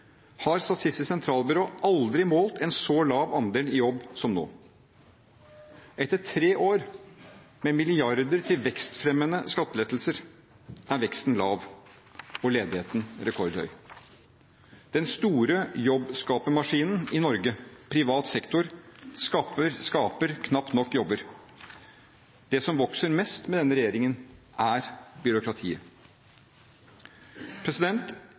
har Statistisk sentralbyrå aldri målt en så lav andel i jobb som nå. Etter tre år med milliarder til «vekstfremmende skattelettelser» er veksten lav og ledigheten rekordhøy. Den store jobbskapermaskinen i Norge, privat sektor, skaper knapt nok jobber. Det som vokser mest med denne regjeringen, er byråkratiet.